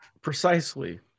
precisely